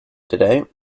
today